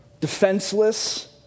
defenseless